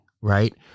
right